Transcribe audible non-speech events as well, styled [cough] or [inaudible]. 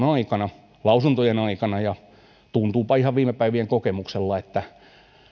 [unintelligible] aikana lausuntojen aikana ja tuntuupa ihan viime päivien kokemuksella että